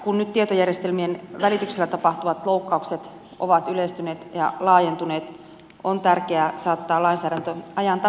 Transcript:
kun nyt tietojärjestelmien välityksellä tapahtuvat loukkaukset ovat yleistyneet ja laajentuneet on tärkeää saattaa lainsäädäntö ajan tasalle